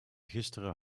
gisteren